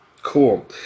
Cool